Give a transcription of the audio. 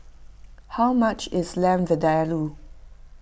how much is Lamb Vindaloo